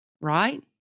right